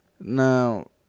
Now